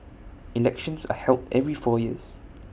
elections are held every four years